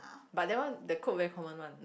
but that one the code very common one like